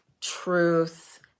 truth